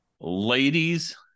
ladies